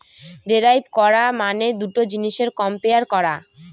derive করা মানে দুটা জিনিসের কম্পেয়ার করা